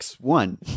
One